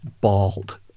bald